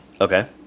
Okay